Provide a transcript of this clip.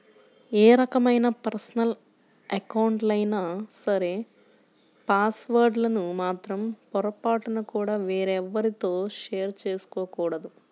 ఏ రకమైన పర్సనల్ అకౌంట్లైనా సరే పాస్ వర్డ్ లను మాత్రం పొరపాటున కూడా ఎవ్వరితోనూ షేర్ చేసుకోకూడదు